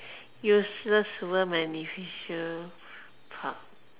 useless beneficial pow~